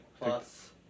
plus